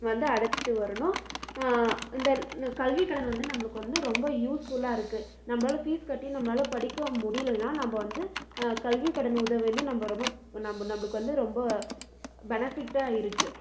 வந்து அடைச்சிட்டு வரணும் இந்த கல்வி கடன் வந்து நம்மளுக்கு வந்து ரொம்ப யூஸ்ஃபுல்லாக இருக்கு நம்மளால ஃபீஸ் கட்டி நம்மளால படிக்க முடியலனா நம்ம வந்து கல்வி கடன் உதவி வந்து நம்ம ரொம்ப நம்ம நம்மளுக்கு வந்து ரொம்ப பெனிஃபிட்டாக இருக்கு